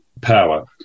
power